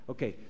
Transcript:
Okay